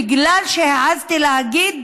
בגלל שהעזתי להגיד